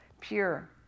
pure